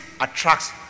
attracts